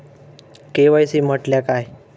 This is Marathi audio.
के.वाय.सी म्हटल्या काय?